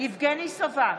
יבגני סובה,